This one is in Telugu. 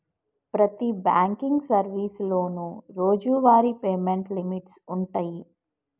ప్రతి బాంకింగ్ సర్వీసులోనూ రోజువారీ పేమెంట్ లిమిట్స్ వుంటయ్యి